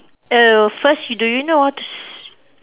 err so first do you know how to s~